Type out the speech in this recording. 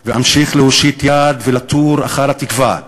ואמשיך להושיט יד ולתור אחר התקווה,